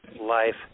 life